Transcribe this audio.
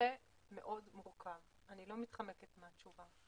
שהנושא מאוד מורכב, אני לא מתחמקת מהתשובה.